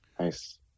Nice